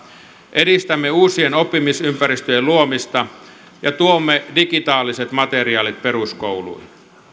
edistämme uusien oppimisympäristöjen luomista ja tuomme digitaaliset materiaalit peruskouluihin